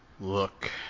Look